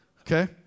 Okay